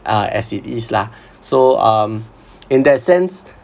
uh as it is lah so um in that sense